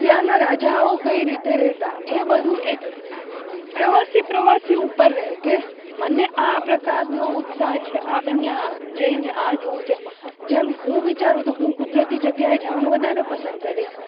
ત્યાંનાં રાજાઓ કઈ રીતે રહેતા એ બધું એક પ્રવાસી પ્રવાસી ઉપર રહે કે મને આ પ્રકારનો ઉત્સાહ છે આ અહીંયા જઈને આ જોવું છે જેમ હું વિચારું તો હું કુદરતી જગ્યાએ જવાનું વધારે પસંદ કરીશ